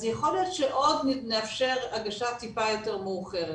אז יכול להיות שעוד נאפשר הגשה טיפה יותר מאוחרת.